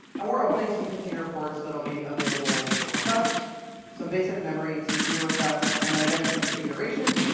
and we're opening some container ports that will be available for requests some basic memory and cpu requests, and then, again, some configuration.